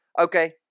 Okay